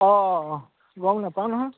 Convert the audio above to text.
অঁ অঁ অঁ গম নাপাওঁ নহয়